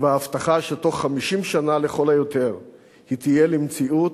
וההבטחה שבתוך 50 שנה לכל היותר היא תהיה למציאות,